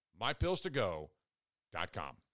MyPillsToGo.com